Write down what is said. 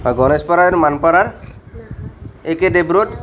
গণেশপাৰা আৰু মানপাৰাৰ A K Dev road